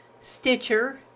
Stitcher